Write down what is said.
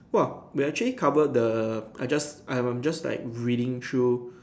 !wah! we actually covered the I just I am just like reading through